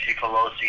Pelosi